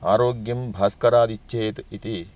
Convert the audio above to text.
आरोग्यं भास्करादिच्छेत् इति